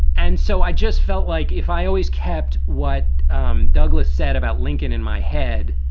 and so i just felt like if i always kept what um douglass said about lincoln in my head,